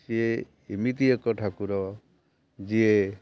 ସିଏ ଏମିତି ଏକ ଠାକୁର ଯିଏ